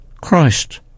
Christ